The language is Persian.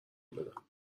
دادم